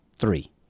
three